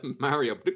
Mario